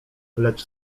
lecz